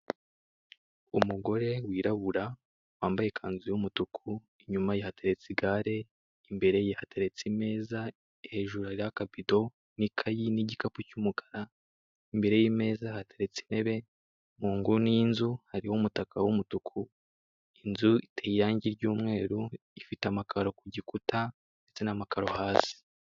Umugore wirabura wambaye ikanzu y'umutuku, inyuma ye hateretse igare, imbere ye hateretse imeza, hejuru hariho akabido n'ikayi n'igikapu cy'umukara, imbere y'imeza hateretse intebe, mu nguni y'inzu hariho umutaka w'umutuku, inzu iteye irangi ry'umweru, ifite amakaro ku gikuta ndetse n'amakaro hasi.